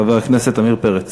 חבר הכנסת עמיר פרץ.